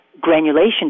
granulation